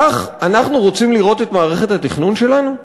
כך אנחנו רוצים לראות את מערכת התכנון שלנו?